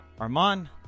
Armand